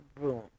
room